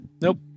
Nope